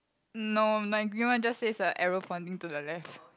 no my green one just says a arrow pointing to the left